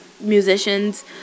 musicians